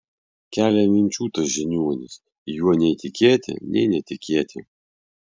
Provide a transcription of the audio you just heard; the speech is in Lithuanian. kelia minčių tas žiniuonis juo nei tikėti nei netikėti